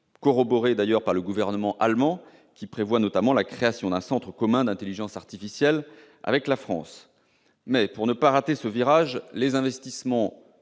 corroborée par le gouvernement allemand, qui prévoit notamment la création d'un centre commun d'intelligence artificielle avec la France. Toutefois, pour ne pas rater ce virage, les investissements